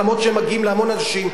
אף שהם מגיעים להמון אנשים,